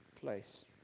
place